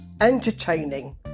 entertaining